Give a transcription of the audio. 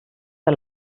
der